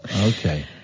Okay